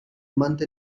month